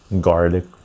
Garlic